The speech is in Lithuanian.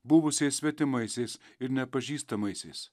buvusiais svetimaisiais ir nepažįstamaisiais